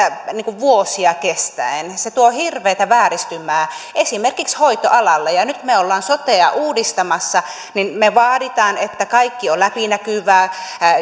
vuosia kestäen se tuo hirveätä vääristymää esimerkiksi hoitoalalle nyt kun me olemme sotea uudistamassa niin me vaadimme että kaikki on läpinäkyvää